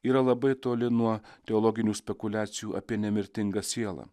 yra labai toli nuo teologinių spekuliacijų apie nemirtingą sielą